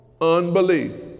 unbelief